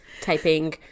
typing